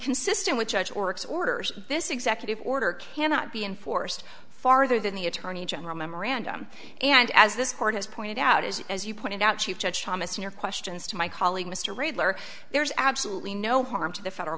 inconsistent which oryx orders this executive order cannot be enforced farther than the attorney general memorandum and as this court has pointed out is as you pointed out chief judge thomas in your questions to my colleague mr regular there is absolutely no harm to the federal